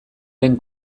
den